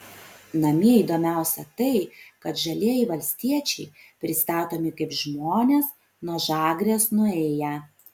namie įdomiausia tai kad žalieji valstiečiai pristatomi kaip žmonės nuo žagrės nuėję